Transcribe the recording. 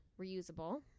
Reusable